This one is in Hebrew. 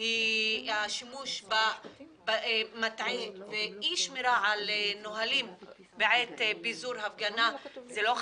השימוש ב- -- ואי שמירה על נהלים בעת פיזור הפגנה זה לא חדש,